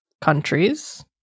countries